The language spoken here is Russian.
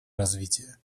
развития